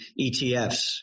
ETFs